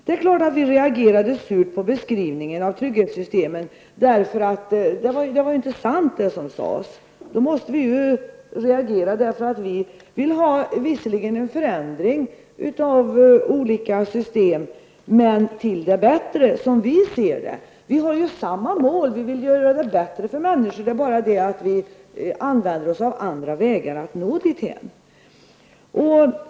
Det är klart att vi reagerade surt på beskrivningen av trygghetssystemen, för det som sades var inte sant. Vi vill visserligen ha en förändring av olika system, men till det bättre, som vi ser det. Vi har ju samma mål, vi vill göra det bättre för människor. Det är bara det att vi använder andra vägar att nå dithän.